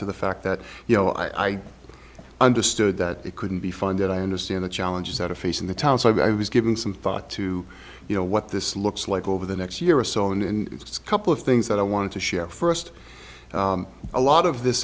to the fact that you know i understood that it couldn't be funded i understand the challenges that a face in the town so i was giving some thought to you know what this looks like over the next year or so and it's couple of things that i wanted to share st a lot of this